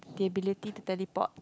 the ability to teleport